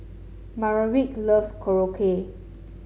Maverick loves Korokke